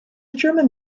german